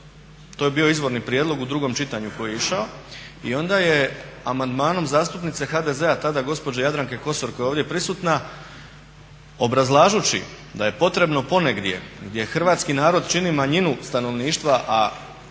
To je bio izvorni prijedlog u drugom čitanju koji je išao i onda je amandmanom zastupnice HDZ-a tada gospođe Jadranke Kosor koja je ovdje prisutna obrazlažući da je potrebno ponegdje gdje hrvatski narod čini manjinu stanovništva, a